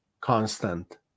constant